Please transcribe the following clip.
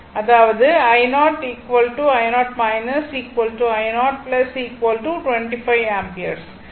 அதாவது i0 i0 i0 25 ampere